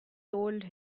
told